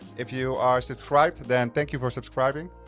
if you are subscribed then thank you for subscribing.